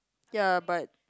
ya but